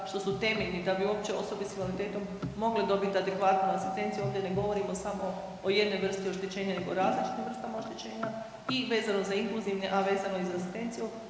što su temeljni da bi uopće osobe s invaliditetom mogle dobiti adekvatnu asistenciju, ovdje ne govorimo samo o jednoj vrsti oštećenja, nego različitim vrstama oštećenja i vezano za inkluzivne, a vezano za i sa asistenciju,